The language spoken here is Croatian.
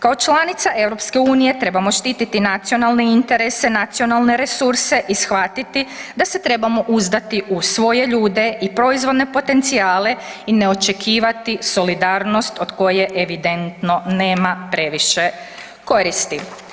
Kao članica EU-a trebamo štititi nacionalne interese, nacionalne resurse i shvatiti da se trebamo uzdati u svoje ljude i proizvodne potencijale i ne očekivati solidarnost od koje evidentno nema previše koristi.